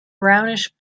brownish